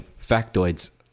factoids